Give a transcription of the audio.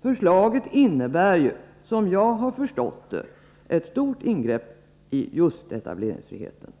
Förslaget innebär, som jag har förstått det, ett stort ingrepp i just etableringsfriheten.